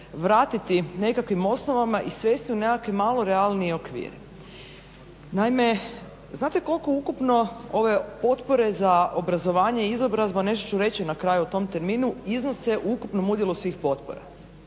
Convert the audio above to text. vratiti nekakvim osnovama i svesti u nekakve malo realnije okvire. Naime, znate koliko ukupno ove potpore za obrazovanje, izobrazba, nešto ću reći na kraju u tom terminu iznose u ukupnom udjelu svih potpora,